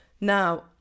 now